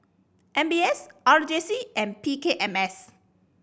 M B S R J C and P K M S